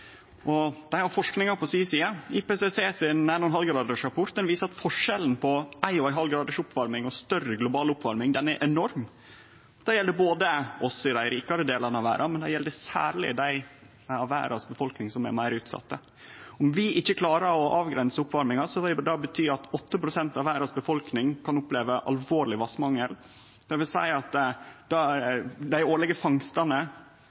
verda dei skal arve. Ungdommane ser alvoret, og dei ventar handling. Og dei har forskinga på si side. 1,5-gradersrapporten frå IPCC, FNs klimapanel, viser at forskjellen på 1,5 graders oppvarming og større global oppvarming er enorm. Det gjeld oss i dei rikare delane av verda, men det gjeld særleg dei av verdas befolkning som er meir utsette. Om vi ikkje klarer å avgrense oppvarminga, kan 8 pst. av verdas befolkning oppleve alvorleg vassmangel, dei årlege fangstane